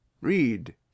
Read